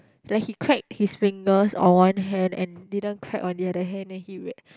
like he crack his fingers on one hand and didn't crack on the other hand then he will